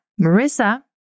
Marissa